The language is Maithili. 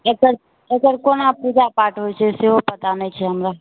एकर एकर कोना पूजा पाठ होइ छै सेहो पता नहि छै हमरा